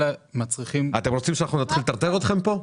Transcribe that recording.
אלא מצריכים --- אתם רוצים שאנחנו נתחיל לטרטר אתכם פה?